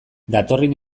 datorren